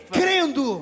crendo